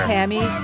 Tammy